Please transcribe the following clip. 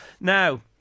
Now